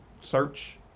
search